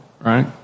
right